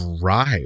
drive